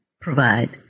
provide